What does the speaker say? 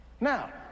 now